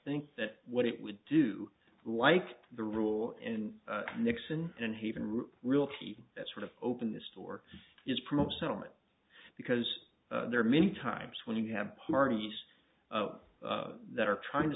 think that what it would do like the rule in nixon and haven realty that sort of open the store is promote settlement because there are many times when you have parties that are trying to